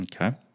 Okay